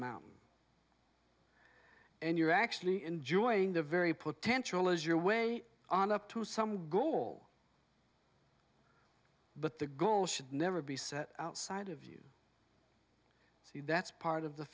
mountain and you're actually enjoying the very potential is your way on up to some goal but the goal should never be set outside of you see that's part of the